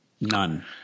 None